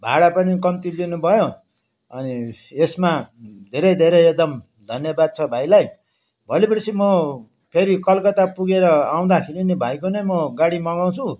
भाडा पनि कम्ती लिनु भयो अनि यसमा धेरै धेरै एकदम धन्यवाद छ भाइलाई भोलि पर्सी म फेरि कलकत्ता पुगेर आउँदाखेरि नि भाइको नै म गाडी मगाउँछु